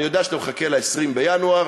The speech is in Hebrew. אני יודע שאתה מחכה ל-20 בינואר.